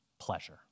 pleasure